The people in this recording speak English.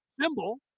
symbol